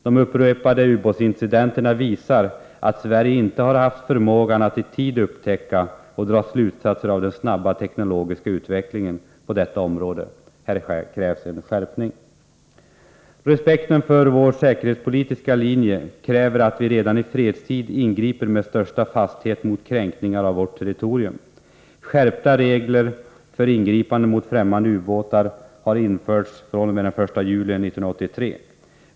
De upprepade ubåtsincidenterna visar att Sverige inte har haft förmågan att i tid upptäcka och dra slutsatser av den snabba teknologiska utvecklingen på detta område. Här krävs en skärpning. Respekten för vår säkerhetspolitiska linje kräver att vi redan i fredstid ingriper med största fasthet mot kränkningar av vårt territorium. Skärpta regler för ingripande mot främmande ubåtar har införts den 1 juli 1983.